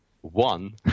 one